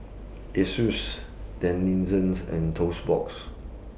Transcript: Asus Denizen and Toast Box